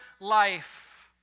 life